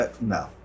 No